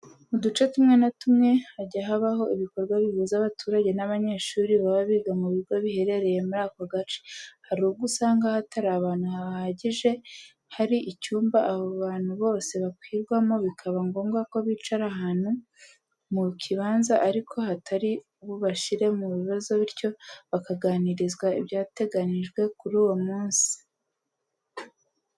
Mu duce tumwe na tumwe hajya habaho ibikorwa bihuza abaturage n'abanyeshuri baba biga mu bigo biherereye muri ako gace, hari ubwo usanga hatari ahantu hahagije, hari icyumba abo bantu bose bakwirwamo bikaba ngombwa ko bicara ahantu mu kibanza ariko hatari bubashyire mu bibazo bityo bakaganirizwa ibyateganyijwe kuri uwo munsi.